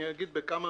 אני אגיד בכמה